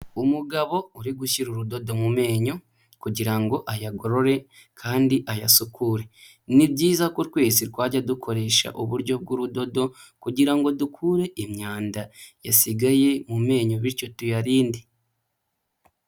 Umugabo uri gushyira urudodo mu menyo kugira ngo ayagorore kandi ayasukure, ni byiza ko twese twajya dukoresha uburyo bw'urudodo kugira ngo dukure imyanda yasigaye mu menyo bityo tuyarinde.